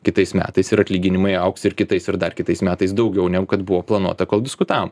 kitais metais ir atlyginimai augs ir kitais ir dar kitais metais daugiau negu kad buvo planuota kol diskutavom